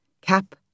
cap